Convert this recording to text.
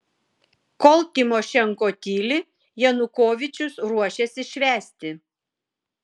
kol tymošenko tyli janukovyčius ruošiasi švęsti